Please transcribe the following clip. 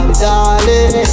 darling